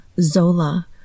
Zola